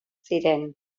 ziren